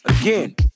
again